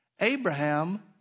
Abraham